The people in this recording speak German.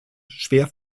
schwer